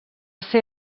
ser